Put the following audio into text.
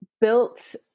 built